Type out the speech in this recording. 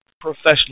professional